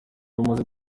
rumaze